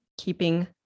keeping